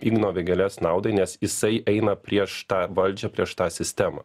igno vėgėlės naudai nes jisai eina prieš tą valdžią prieš tą sistemą